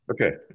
okay